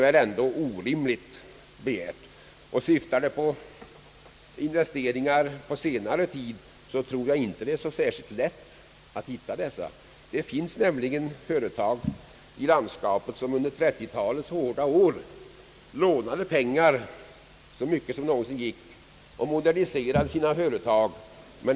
Syftar uttalandet på investeringar under senare tid tror jag inte att det är lätt att hitta dessa. Det finns nämligen företag i landskapet som under 1930-talets hårda år lånade pengar och moderniserade sina företag.